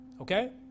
okay